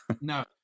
No